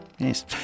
Yes